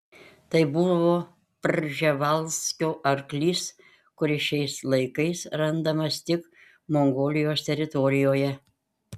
tai buvo prževalskio arklys kuris šiais laikais randamas tik mongolijos teritorijoje